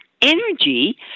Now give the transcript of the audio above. Energy